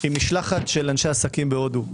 עם משלחת אנשי עסקים בהודו.